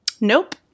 Nope